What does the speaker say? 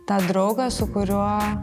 tą draugą su kuriuo